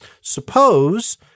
Suppose –